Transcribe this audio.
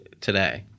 Today